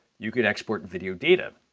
you could export video data.